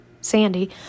Sandy